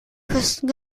küsten